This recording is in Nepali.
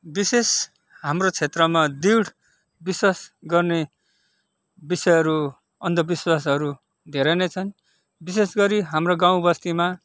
विशेष हाम्रो क्षेत्रमा दृढ विश्वास गर्ने विषयहरू अन्धविश्वासहरू धेरै नै छन् विशेष गरी हाम्रो गाउँ बस्तीमा